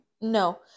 No